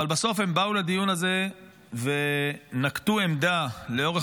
אבל בסוף הם באו לדיון הזה ונקטו עמדה לאורך